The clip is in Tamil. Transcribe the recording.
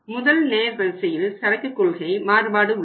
முதல் நேர் வரிசையில் சரக்கு கொள்கை மாறுபாடு உள்ளது